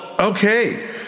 Okay